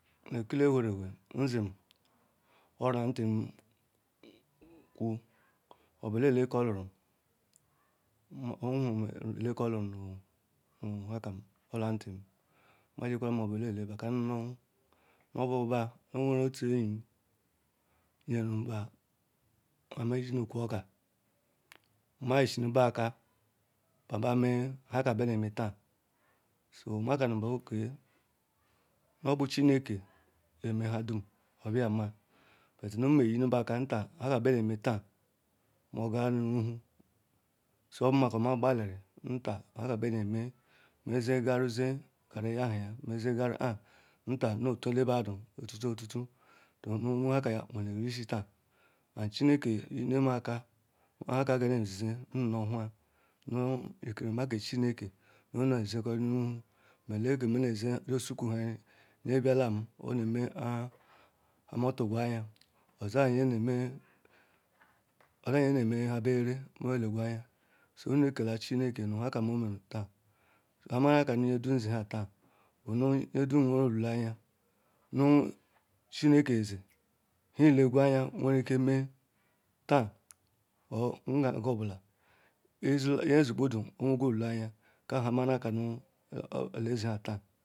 Ekile ulhere ewhe idim ola ntim kwu me jikwuru ma obu yele ba kanu nu obu bu owenu otu enyim yeru ba ma yusuru bu aka ma bu me nhe ka bu ne me taar so ma kanu ok nuabu chineke ne me ladum ohula maa but nu meyinube aka nta nhaka be neme ntaa nga nu uwu so obu maka ma gbale ntaa nhaka be ne me, me ziru kuru zie karu yahue me kane ntaa me otu elebadu otu-olu nu ohu nu nhaka weru isi ntaa ma chineke yunu ma aka kpo nhake ya ne ezizie nunowhue nu nkerama ke chineke nu one zizie nu ruhu ma eleke me nezi yusokwu yebielum oneme kpa me turu aya oza nye neme hube rere kpo me tugwu aya so nnẽ kala chinekenu nhe ku omeru taa nha neka nu ye tum zi ba taan bu nu nhe dum nweru olele aya nu chineke zi nhe ilegwu aya nwereke me taa or ngarunga obulum nyezi bu ndu nu oweru olele aya ka bu nhe me na kanu ele zi ha tisa